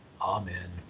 Amen